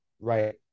right